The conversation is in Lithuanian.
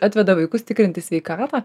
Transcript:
atveda vaikus tikrintis sveikatą